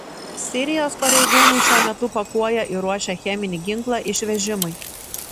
sirijos pareigūnai šiuo metu pakuoja ir ruošia cheminį ginklą išvežimui